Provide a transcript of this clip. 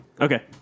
Okay